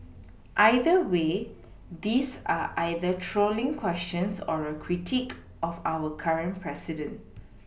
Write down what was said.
either way these are either trolling questions or a critique of our current president